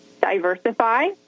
diversify